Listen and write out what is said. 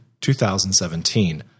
2017